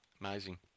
Amazing